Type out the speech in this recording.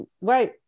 right